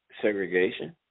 segregation